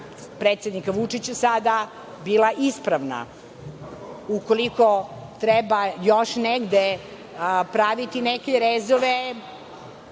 predsednika Vučića sada bila sada ispravna. Ukoliko treba još negde praviti neke rezove,